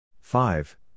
five